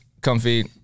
comfy